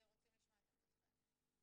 עמדת משרד העבודה והרווחה בבקשה.